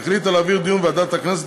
והחליטה להעבירה לדיון בוועדת הכנסת.